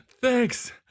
thanks